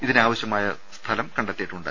ഇതിനാവശ്യമായ സ്ഥലം കണ്ടെത്തിയിട്ടുണ്ട്